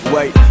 Wait